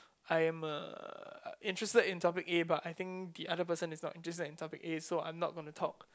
I am uh interested in topic A but I think the other person is not interested in topic A so I'm not gonna talk